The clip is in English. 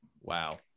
wow